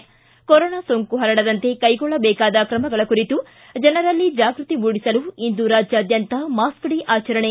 ಿ ಕೊರೊನಾ ಸೋಂಕು ಹರಡದಂತೆ ಕೈಗೊಳ್ಳಬೇಕಾದ ಕ್ರಮಗಳ ಕುರಿತು ಜನರಲ್ಲಿ ಜಾಗ್ಟತಿ ಮೂಡಿಸಲು ಇಂದು ರಾಜ್ಯಾದ್ಯಂತ ಮಾಸ್ ಡೇ ಆಚರಣೆ